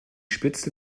spitzel